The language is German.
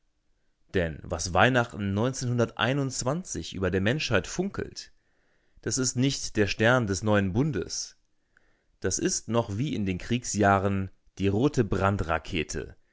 denn was über der menschheit funkelt das ist nicht der stern des neuen bundes das ist noch wie in den kriegsjahren die rote